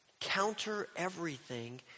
counter-everything